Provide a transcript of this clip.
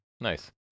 Nice